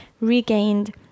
regained